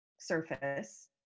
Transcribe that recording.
surface